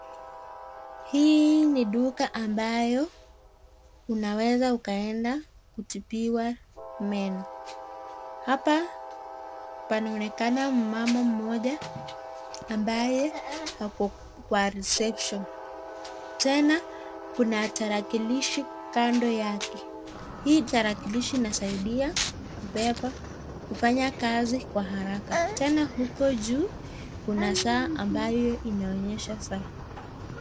Hii ni duka ambayo unaweza ukaenda kutibiwa meno, hapa panaonekana mama moja ambaye ako kwa reception tena kuna tarakilishi kando yake. Hii tarakilishi inasaidia kubeba kufanya kazi kwa haraka tena huko juu kuna saa ambayo inaonyesha saa.